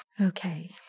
Okay